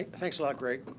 thanks a lot, greg.